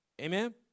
Amen